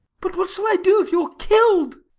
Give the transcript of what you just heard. but what shall i do if you are killed?